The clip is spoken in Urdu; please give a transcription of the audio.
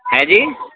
ہے جی